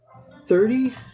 thirty